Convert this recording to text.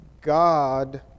God